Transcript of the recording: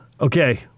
okay